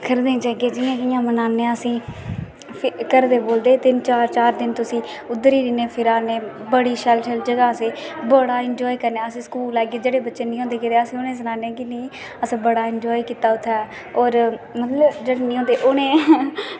फिर जियां कियां मनाने उसी ते घर दे कोल तीन तीन चार चार दिन उसी उद्धर ई इंया फिरा करने बड़ी शैल शैल जगह असें ई थोह्ड़ा एंजॉय करने स्कूल आइयै बच्चे निं हे दिक्खदे ते अस उनें गी सनाने की एह् असें बड़ा एंजॉय कीता उत्थें होर मतलब जेह्ड़े नेईं होंदे उनें ई